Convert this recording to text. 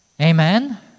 Amen